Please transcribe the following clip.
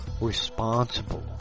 responsible